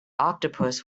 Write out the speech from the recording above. octopus